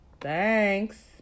Thanks